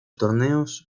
torneos